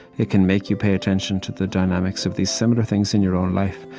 it can make you pay attention to the dynamics of these similar things in your own life,